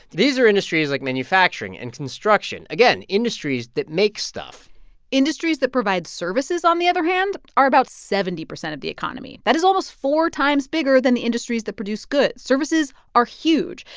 these are industries like manufacturing and construction again, industries that make stuff industries that provide services, on the other hand, are about seventy percent of the economy. that is almost four times bigger than the industries that produce goods. services are huge.